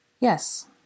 Yes